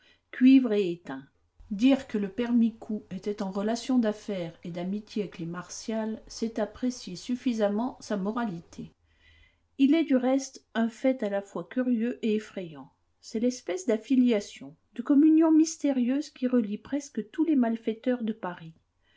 cuivre et étain dire que le père micou était en relation d'affaires et d'amitié avec les martial c'est apprécier suffisamment sa moralité il est du reste un fait à la fois curieux et effrayant c'est l'espèce d'affiliation de communion mystérieuse qui relie presque tous les malfaiteurs de paris